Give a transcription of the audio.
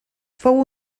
fou